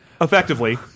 Effectively